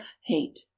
hate